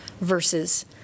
versus